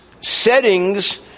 settings